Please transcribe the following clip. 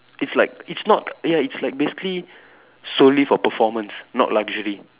it's like it's not ya it's like basically solely for performance not luxury